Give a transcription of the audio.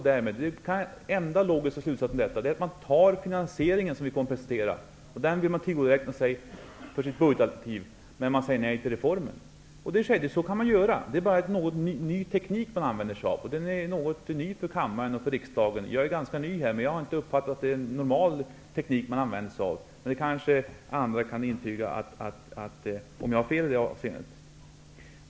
Den enda logiska slutsatsen av detta är att man godtar finansieringen, som vi kommer att presentera, och vill tillgodoräkna sig den för sitt budgetalternativ, men man säger nej till reformen. Så kan man självfallet göra, men det är en ny teknik i riksdagen. Jag är ganska ny här i kammaren, men jag har inte uppfattat att det är normalt att använda en sådan teknik. Andra kanske kan tala om huruvida jag har fel i det avseendet.